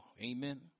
Amen